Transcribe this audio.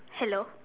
hello